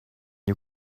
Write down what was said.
you